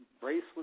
bracelet